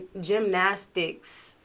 gymnastics